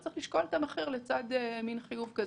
צריך לשקול את המחיר לצד חיוב כזה.